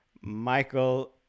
Michael